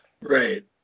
Right